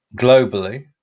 globally